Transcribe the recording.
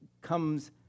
comes